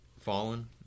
Fallen